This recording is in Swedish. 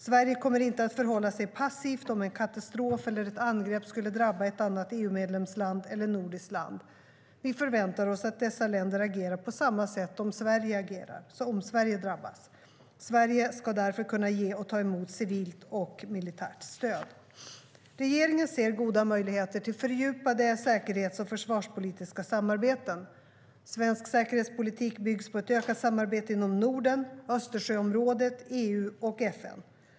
Sverige kommer inte att förhålla sig passivt om en katastrof eller ett angrepp skulle drabba ett annat EU-medlemsland eller nordiskt land. Vi förväntar oss att dessa länder agerar på samma sätt om Sverige drabbas. Sverige ska därför kunna ge och ta emot civilt och militärt stöd. Regeringen ser goda möjligheter till fördjupade säkerhets och försvarspolitiska samarbeten. Svensk säkerhetspolitik byggs på ett ökat samarbete inom Norden, Östersjöområdet, EU och FN.